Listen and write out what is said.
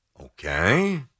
Okay